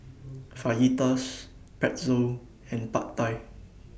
Fajitas Pretzel and Pad Thai